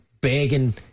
begging